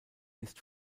ist